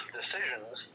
decisions